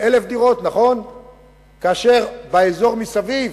1,000 דירות, כאשר באזור מסביב,